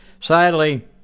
Sadly